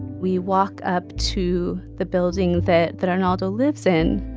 we walk up to the building that that arnaldo lives in.